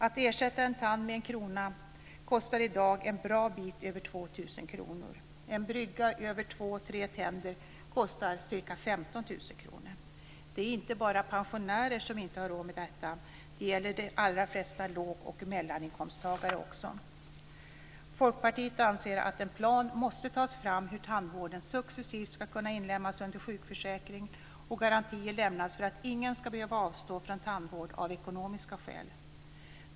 Att ersätta en tand med en krona kostar i dag en bra bit över 15 000 kr. Det är inte bara pensionärer som inte har råd med detta; det gäller de allra flesta låg och mellaninkomsttagare också. Folkpartiet anser att en plan måste tas fram för hur tandvården successivt ska kunna inlemmas under sjukförsäkringen och för hur garantier ska kunna lämnas för att ingen ska behöva avstå från tandvård av ekonomiska skäl.